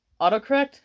Autocorrect